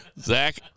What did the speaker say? Zach